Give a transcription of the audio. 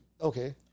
Okay